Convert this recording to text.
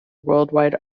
worldwide